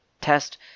test